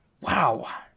wow